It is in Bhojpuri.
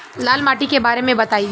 लाल माटी के बारे में बताई